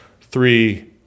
three